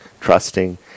trusting